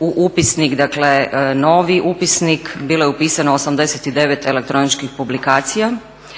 u upisnik, dakle novi upisnik, bilo je upisano 89 elektroničkih publikacija